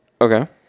Okay